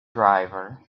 driver